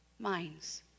minds